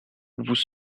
vous